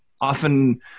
often